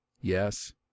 Yes